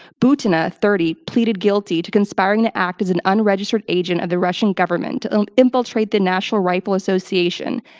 butina, thirty, pleaded guilty to conspiring to act as an unregistered agent of the russian government to infiltrate the national rifle association,